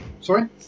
Sorry